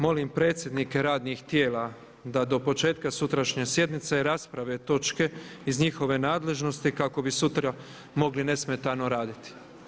Molim predsjednike radnih tijela da do početka sutrašnje sjednice rasprave točke iz njihove nadležnosti kako bi sutra mogli nesmetano raditi.